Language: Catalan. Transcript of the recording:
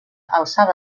alçada